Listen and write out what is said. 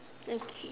okay